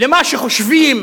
למה שחושבים